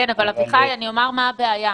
כן, אבל אני אומר מה הבעיה.